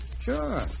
Sure